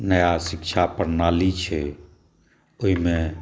नया शिक्षा प्रणाली छै ओहिमे